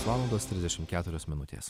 valandos trisdešim keturios minutės